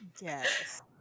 Yes